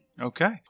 okay